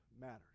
matters